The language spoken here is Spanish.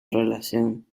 relación